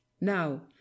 now